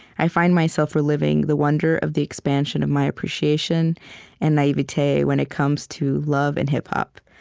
i find myself reliving the wonder of the expansion of my appreciation and naivete when it comes to love and hip-hop.